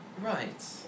Right